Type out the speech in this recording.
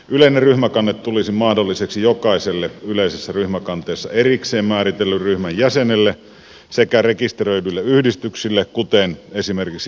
yleinen ryhmäkanne tulisi mahdolliseksi jokaiselle yleisessä ryhmäkanteessa erikseen määritellyn ryhmän jäsenelle sekä rekisteröidyille yhdistyksille kuten esimerkiksi ammattiliitoille